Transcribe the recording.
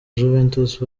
juventus